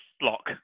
block